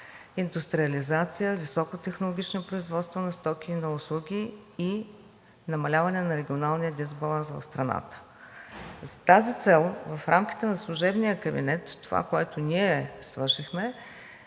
индустриализация, високотехнологични производства на стоки и на услуги, и намаляване на регионалния дисбаланс в страната. За тази цел в рамките на служебния кабинет това, което ние свършихме,